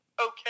okay